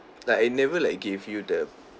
like I never like gave you the